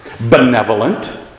benevolent